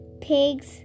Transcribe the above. pig's